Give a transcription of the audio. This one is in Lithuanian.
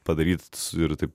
padaryti ir taip